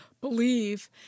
believe